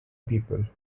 people